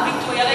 הביטוי?